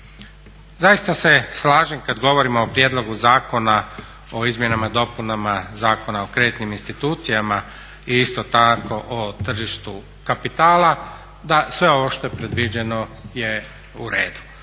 Zaista se slažem kad govorimo o prijedlogu zakona o izmjenama i dopunama Zakona o kreditnim institucijama i isto tako o tržištu kapitala da sve ovo što je predviđeno je u redu.